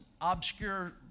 obscure